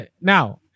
now